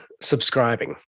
subscribing